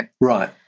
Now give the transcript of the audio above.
Right